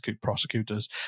prosecutors